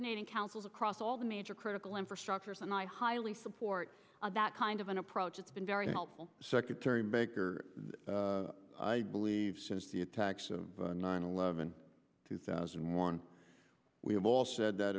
coordinating councils across all the major critical infrastructures and i highly support that kind of an approach it's been very helpful secretary baker i believe since the attacks of nine eleven two thousand and one we have all said that